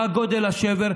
מה גודל השבר.